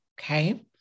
okay